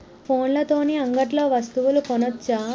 ఫోన్ల తోని అంగట్లో వస్తువులు కొనచ్చా?